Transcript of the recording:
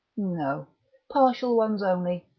no partial ones only.